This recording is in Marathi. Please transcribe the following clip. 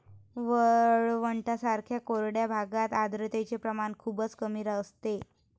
वाळवंटांसारख्या कोरड्या भागात आर्द्रतेचे प्रमाण खूपच कमी असते